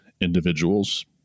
individuals